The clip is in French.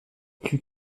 plus